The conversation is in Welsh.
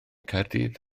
caerdydd